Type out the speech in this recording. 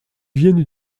viennent